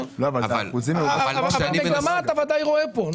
אבל מגמה אתה בוודאי רואה פה.